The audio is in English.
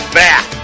back